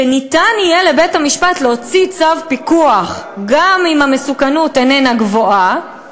וניתן יהיה לבית-המשפט להוציא צו פיקוח גם אם המסוכנות איננה גבוהה,